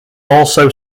also